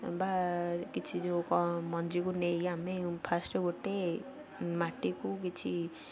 ବା କିଛି ଯେଉଁ ମଞ୍ଜିକୁ ନେଇ ଆମେ ଫାଷ୍ଟ ଗୋଟେ ମାଟିକୁ କିଛି